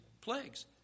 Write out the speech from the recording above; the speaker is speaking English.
plagues